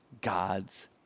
God's